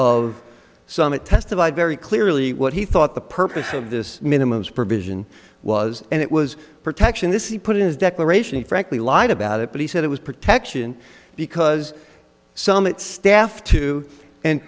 of summit testified very clearly what he thought the purpose of this minimum is provision was and it was protection this he put in his declaration and frankly lied about it but he said it was protection because some it staff to and